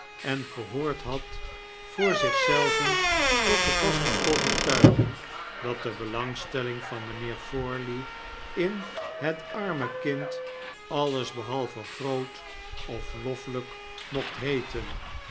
en gehoord had voor zich zelven tot de vaste overtuiging dat de belangstelling van mynheer forley in het arme kind alles behalve groot of loffelyk mocht heeten